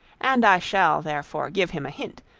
and i shall, therefore, give him a hint,